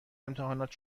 امتحانات